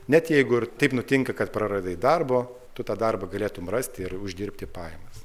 net jeigu ir taip nutinka kad praradai darbo tu tą darbą galėtum rasti ir uždirbti pajamas